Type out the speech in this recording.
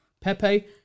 Pepe